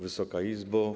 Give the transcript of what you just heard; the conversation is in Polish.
Wysoka Izbo!